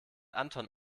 anton